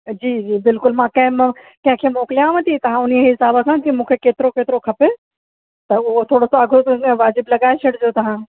जी जी बिल्कुलु मां कंहिं म कंहिंखें मोकिलियांव थी तहां उन हिसाब सां की मूंखे केतिरो केतिरो खपे त उहो थोरो सो अघु वाजिब लॻाए छॾिजो तव्हां